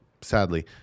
sadly